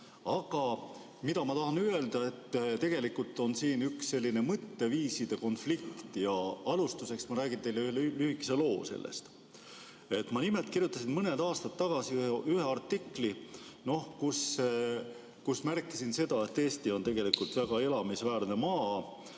Aga mida ma tahan öelda? Tegelikult on siin üks selline mõtteviiside konflikt. Alustuseks ma räägin teile lühikese loo. Ma nimelt kirjutasin mõned aastad tagasi ühe artikli, kus märkisin, et Eesti on tegelikult väga elamisväärne maa